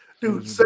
Dude